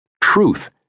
Truth